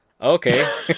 okay